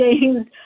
James